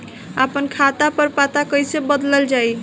आपन खाता पर पता कईसे बदलल जाई?